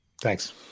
Thanks